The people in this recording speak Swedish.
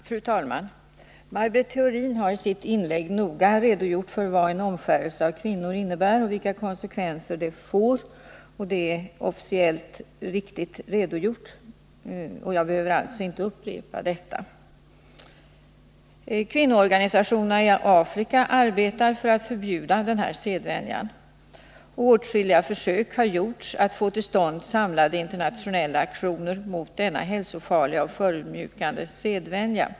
Fru talman! Maj Britt Theorin har i sitt inlägg noga redogjort för vad en omskärelse av kvinnor innebär och vilka konsekvenser det får. Det är en officiellt riktig redogörelse, och jag behöver alltså inte upprepa detta. Kvinnoorganisationerna i Afrika arbetar för att förbjuda omskärelse av kvinnor. Åtskilliga försök har gjorts för att få till stånd samlade internationella aktioner mot denna hälsofarliga och förödmjukande sedvänja.